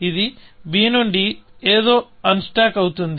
ఇది b నుండి ఏదో అన్స్టాక్ అవుతుంది